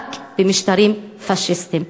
רק במשטרים פאשיסטיים.